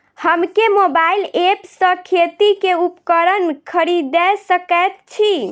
हम केँ mobile app सँ खेती केँ उपकरण खरीदै सकैत छी?